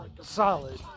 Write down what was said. solid